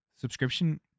subscription